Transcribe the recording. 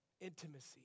Intimacy